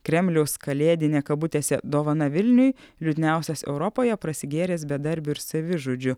kremliaus kalėdinė kabutėse dovana vilniui liūdniausias europoje prasigėręs bedarbių ir savižudžių